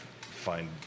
find